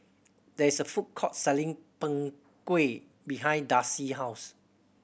there is a food court selling Png Kueh behind Darcy's house